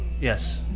Yes